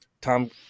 Tom